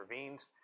intervenes